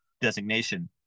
designation